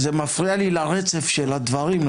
זה מפריע לי לרצף של הדברים,